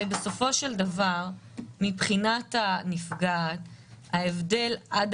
הרי בסופו של דבר מבחינת הנפגעת ההבדל עד